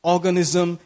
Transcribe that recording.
Organism